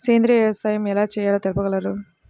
సేంద్రీయ వ్యవసాయం ఎలా చేయాలో తెలుపగలరు?